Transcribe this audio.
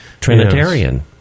Trinitarian